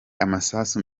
amasasu